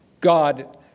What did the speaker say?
God